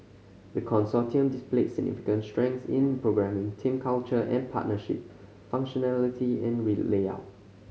the Consortium displayed significant strengths in programming team culture and partnership functionality and we layout